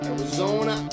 Arizona